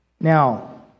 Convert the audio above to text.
Now